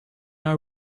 are